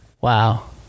Wow